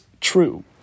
true